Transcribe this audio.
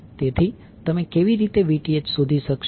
તેથી તમે કેવી રીતે Vth શોધી શકશો